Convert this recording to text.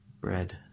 bread